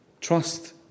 trust